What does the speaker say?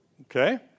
Okay